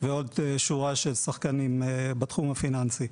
ועוד שורה של שחקנים בתחום הפיננסי.